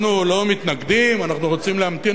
אנחנו לא מתנגדים, אנחנו רוצים להמתין.